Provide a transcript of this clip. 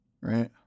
right